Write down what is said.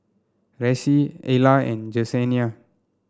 Reece Ella and Jesenia